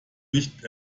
nicht